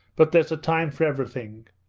but there's a time for everything.